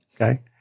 Okay